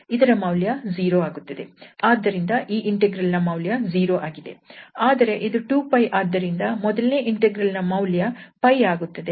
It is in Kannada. ಆದ್ದರಿಂದ ಈ ಇಂಟೆಗ್ರಲ್ ನ ಮೌಲ್ಯ 0 ಆಗಿದೆ ಆದರೆ ಇದು 2𝜋 ಆದ್ದರಿಂದ ಮೊದಲನೇ ಇಂಟೆಗ್ರಲ್ ನ ಮೌಲ್ಯ 𝜋 ಆಗುತ್ತದೆ